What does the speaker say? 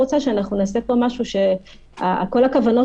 "מנהל ההסדר ימציא העתק מבקשת היחיד וההחלטה